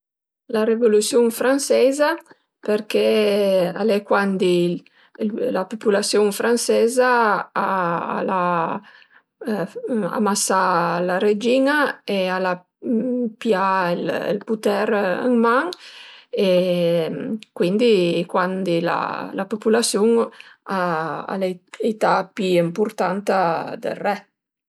La revolüsiun franseiza përché al e cuandi la pupulasiun franseiza al a amasà la regin-a e al a pià ël puter ën man, cuindi cuandi la pupulasiun al e ità pi ëmpurtanta del re